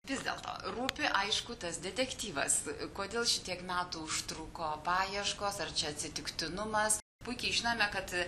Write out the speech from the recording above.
vis dėlto rūpi aišku tas detektyvas kodėl šitiek metų užtruko paieškos ar čia atsitiktinumas puikiai žinome kad